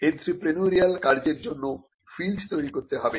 entrepreneurial কার্যের জন্য field তৈরি করতে হবে